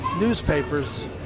Newspapers